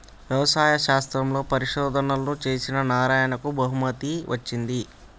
వ్యవసాయ శాస్త్రంలో పరిశోధనలు చేసిన నారాయణకు బహుమతి వచ్చింది